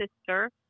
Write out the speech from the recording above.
sister